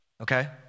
Okay